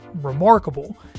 remarkable